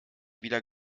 wieder